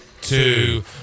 two